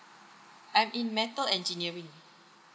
I'm in method engineering